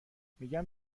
میگم